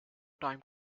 time